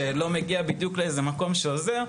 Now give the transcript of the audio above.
שלא מגיע בדיוק לאיזה מקום שעוזר,